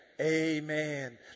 amen